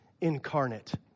incarnate